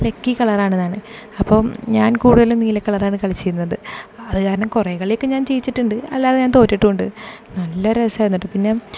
lucky colour എന്നതാണ് അപ്പം ഞാൻ കൂടുതലും നീല കളർ ആണ് കളിച്ചിരുന്നത് അത് കാരണം കുറെ കളിയൊക്കെ ഞാൻ ജയിച്ചിട്ടുണ്ട് അല്ലാതെ ഞാൻ തോറ്റിട്ടും ഉണ്ട് നല്ല രസമായിരുന്നു കേട്ടോ പിന്നെ